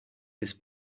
this